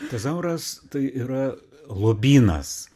tezauras tai yra lobynas